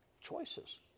choices